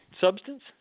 substance